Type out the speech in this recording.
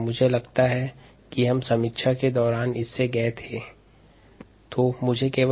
जिससे हम समीक्षा के दौरान इससे गुजरे थे